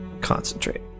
Concentrate